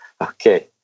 Okay